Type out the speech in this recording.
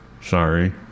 sorry